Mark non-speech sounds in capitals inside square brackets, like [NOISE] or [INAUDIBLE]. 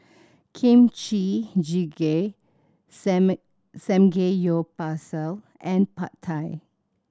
Kimchi Jjigae [UNINTELLIGIBLE] Samgeyopsal and Pad Thai